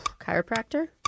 Chiropractor